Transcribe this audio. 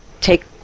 take